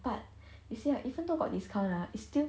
but you see ah even though got discount ah it's still